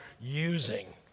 using